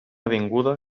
avinguda